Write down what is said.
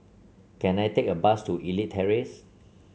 can I take a bus to Elite Terrace